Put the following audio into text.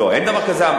לא, אין דבר כזה.